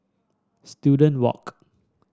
Student Walk